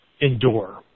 Endure